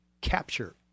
capture